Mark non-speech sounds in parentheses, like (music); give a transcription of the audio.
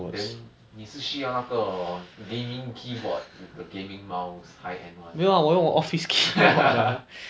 then 你是需要那个 gaming keyboard with the gaming mouse high end [one] (laughs)